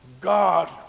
God